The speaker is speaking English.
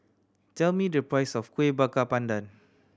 tell me the price of Kuih Bakar Pandan